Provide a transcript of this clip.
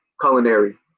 culinary